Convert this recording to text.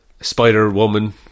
Spider-Woman